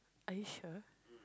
are you sure